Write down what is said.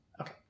Okay